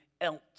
else